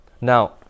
Now